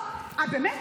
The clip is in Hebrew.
שכלי.